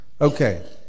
Okay